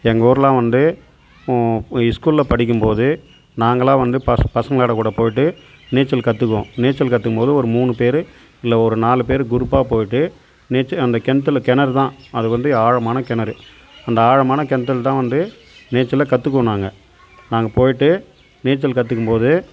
எங்கள் ஊரில் வந்து ஸ்கூல்ல படிக்கும் போது நாங்கல்லாம் வந்து பஸ் பசங்களோட கூட போயிட்டு நீச்சல் கற்றுக்குவோம் நீச்சல் கற்றுக்கும் போது ஒரு மூணு பேர் இல்லை ஒரு நாலு பேர் க்ரூப்பாக போயிட்டு நீச்சல் அந்த கிணத்துல கிணறுதான் அது வந்து ஆழமான கிணறு அந்த ஆழமான கிணத்துலதான் வந்து நீச்சல கற்றுக்குவோம் நாங்கள் நாங்கள் போயிட்டு நீச்சல் கற்றுக்கும் போது